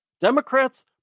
Democrats